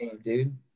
dude